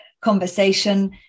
conversation